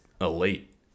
elite